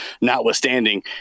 notwithstanding